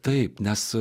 taip nes